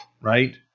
right